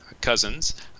cousins